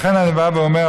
לכן אני בא ואומר,